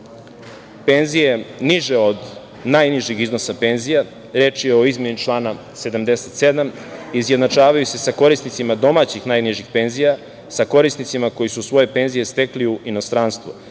penzije niže od najnižeg iznosa penzija, reč je o izmeni člana 77, izjednačavaju se sa korisnicima domaćih najnižih penzija sa korisnicima koji su svoje penzije stekli u inostranstvu.